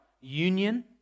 union